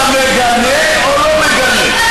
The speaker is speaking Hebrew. אתה מגנה או לא מגנה?